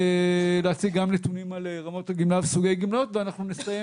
נציג גם נתונים על רמות הגמלה וסוגי גמלאות ואנחנו נסיים